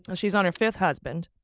and she's on her fifth husband.